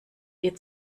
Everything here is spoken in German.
wir